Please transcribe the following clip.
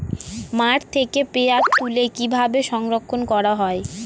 মাঠ থেকে পেঁয়াজ তুলে কিভাবে সংরক্ষণ করা হয়?